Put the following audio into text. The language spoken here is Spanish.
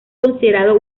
considerado